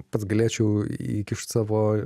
pats galėčiau įkišt savo